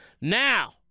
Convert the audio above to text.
Now